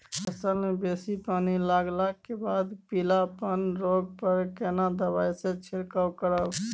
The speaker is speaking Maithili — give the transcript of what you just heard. फसल मे बेसी पानी लागलाक बाद पीलापन रोग पर केना दबाई से छिरकाव करब?